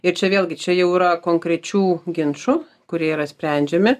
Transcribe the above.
ir čia vėlgi čia jau yra konkrečių ginčų kurie yra sprendžiami